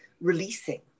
releasing